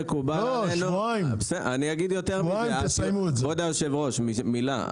כבוד היושב ראש, מילה.